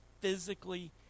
physically